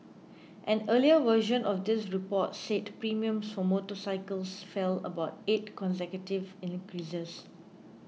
an earlier version of this report said premiums for motorcycles fell about eight consecutive increases